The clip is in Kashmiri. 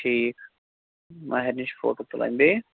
ٹھیٖک مَہرنہِ چھِ فوٹوٗ تُلٕنۍ بیٚیہِ